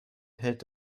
hält